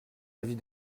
avis